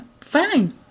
fine